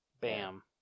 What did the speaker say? Bam